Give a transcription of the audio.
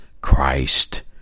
Christ